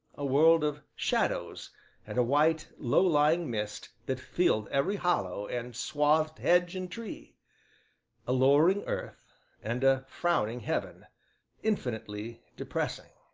a world of shadows and a white, low-lying mist that filled every hollow and swathed hedge and tree a lowering earth and a frowning heaven infinitely depressing.